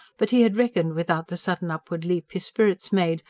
but he had reckoned without the sudden upward leap his spirits made,